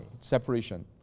separation